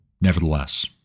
Nevertheless